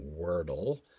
Wordle